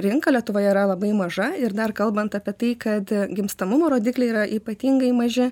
rinka lietuvoje yra labai maža ir dar kalbant apie tai kad gimstamumo rodikliai yra ypatingai maži